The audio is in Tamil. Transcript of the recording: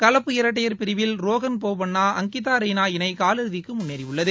கலப்பு இரட்டையர் பிரவில் ரோஹன்போபண்ணா அங்கிதா ரெய்னா இணை காலிறுதிக்கு முன்னேறியுள்ளது